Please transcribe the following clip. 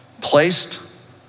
placed